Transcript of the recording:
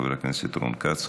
חבר הכנסת רון כץ,